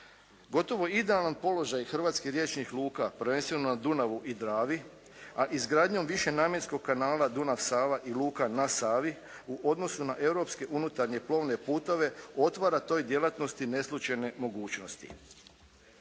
Gotovo idealan položaj hrvatskih riječnih luka, prvenstveno na Dunavu i Dravi, a izgradnjom višenamjenskog kanala Dunav-Sava i luka na Savi u odnosu na europske unutarnje plovne putove otvara toj djelatnosti neslućene mogućnosti.